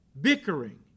bickering